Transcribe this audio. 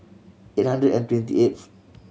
eight hundred and twenty eighth